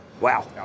Wow